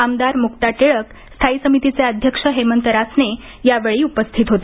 आमदार मुक्ता टिळक स्थाई समितीचे अध्यक्ष हेमंत रासने यावेळी उपस्थित होते